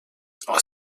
aus